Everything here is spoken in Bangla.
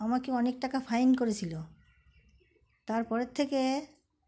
আমাকে অনেক টাকা ফাইন করেছিলো তারপর থেকে